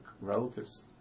relatives